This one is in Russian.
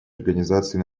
организации